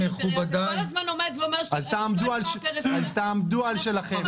אתה כל הזמן עומד ואומר --- אז תעמדו על שלכם.